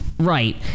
Right